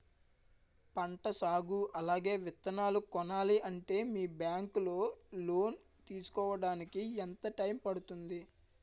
పంట సాగు అలాగే విత్తనాలు కొనాలి అంటే మీ బ్యాంక్ లో లోన్ తీసుకోడానికి ఎంత టైం పడుతుంది?